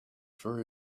for